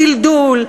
דלדול,